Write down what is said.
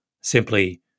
simply